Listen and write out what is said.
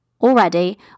already